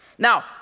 Now